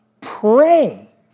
Pray